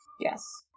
Yes